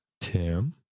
Tim